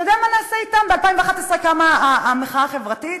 אתה יודע מה נעשה אתם, ב-2001 קמה המחאה החברתית,